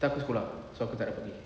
tu aku sekolah so aku tak pergi